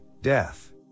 death